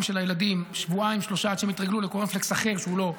של הילדים שבועיים-שלושה עד שהם יתרגלו לקורנפלקס אחר שהוא לא תלמה,